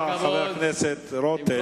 חבר הכנסת דודו רותם,